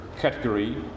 category